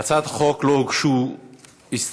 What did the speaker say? להצעת החוק לא הוגשו הסתייגויות,